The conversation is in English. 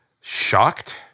shocked